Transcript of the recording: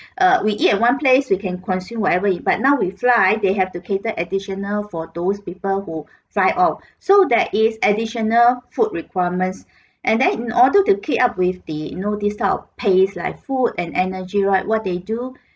err we eat one place we can consume whatever it but now we fly they have to cater additional for those people who fly off so there is additional food requirements and then in order to keep up with the you know this type of pace like food and energy right what they do